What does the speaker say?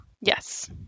yes